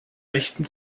rechten